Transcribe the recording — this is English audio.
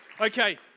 Okay